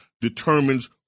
determines